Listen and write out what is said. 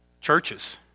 Churches